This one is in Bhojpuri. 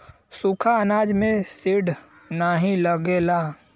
सुखा अनाज में सीड नाही लगेला